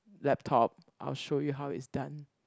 laptop I will show you how it's done